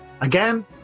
Again